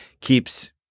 keeps